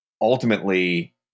ultimately